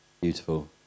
Beautiful